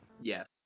Yes